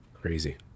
crazy